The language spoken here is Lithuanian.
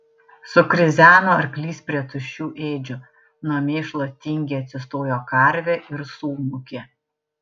sukrizeno arklys prie tuščių ėdžių nuo mėšlo tingiai atsistojo karvė ir sumūkė